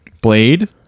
Blade